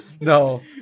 No